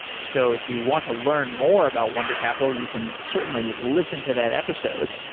so if you want to learn more about wunder capital, you can certainly listen to that episode.